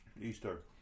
Easter